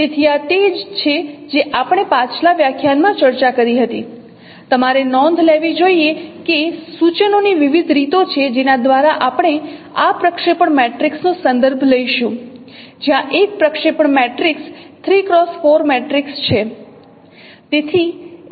તેથી આ તે જ છે જે આપણે પાછલા વ્યાખ્યાનમાં ચર્ચા કરી હતી તમારે નોંધ લેવી જોઈએ કે સૂચનોની વિવિધ રીતો છે જેના દ્વારા આપણે આ પ્રક્ષેપણ મેટ્રિક્સ નો સંદર્ભ લઈશું જ્યાં એક પ્રક્ષેપણ મેટ્રિક્સ 3 x 4 મેટ્રિક્સ છે